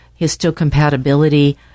histocompatibility